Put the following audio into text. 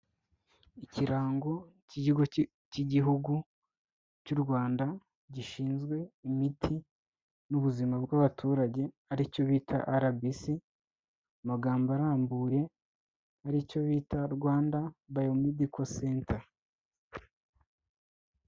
Ikirango cy'ikigo cy'igihugu cy'u Rwanda gishinzwe imiti n'ubuzima bw'abaturage aricyo bita RBC, mu magambo arambuye aricyo bita Rwanda Biomedical Center.